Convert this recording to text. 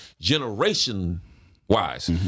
Generation-wise